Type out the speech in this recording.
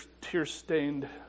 tear-stained